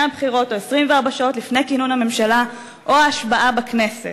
הבחירות או 24 שעות לפני כינון הממשלה או ההצבעה בכנסת,